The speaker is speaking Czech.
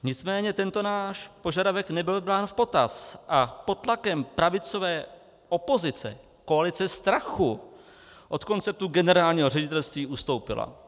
Nicméně tento náš požadavek nebyl brán v potaz a pod tlakem pravicové opozice koalice strachu od konceptu generálního ředitelství ustoupila.